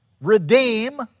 redeem